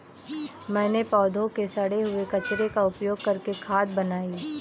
मैंने पौधों के सड़े हुए कचरे का उपयोग करके खाद बनाई